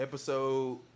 episode